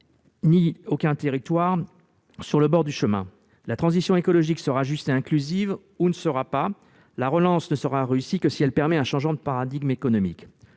ni aucun territoire sur le bord du chemin. La transition écologique sera juste et inclusive ou elle ne sera pas ! La relance ne sera réussie que si elle permet un changement de paradigme économique.